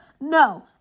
No